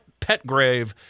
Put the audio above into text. Petgrave